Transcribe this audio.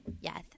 Yes